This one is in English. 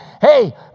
Hey